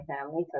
family